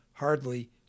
hardly